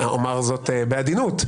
אומר זאת בעדינות,